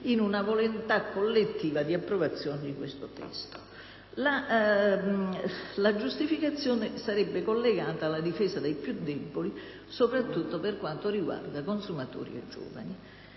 in una volontà collettiva di approvazione di questo testo). La giustificazione sarebbe collegata alla difesa dei più deboli, soprattutto per quanto riguarda consumatori e giovani.